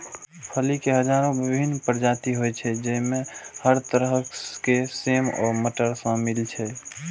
फली के हजारो विभिन्न प्रजाति होइ छै, जइमे हर तरह के सेम आ मटर शामिल छै